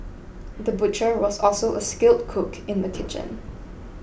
the butcher was also a skilled cook in the kitchen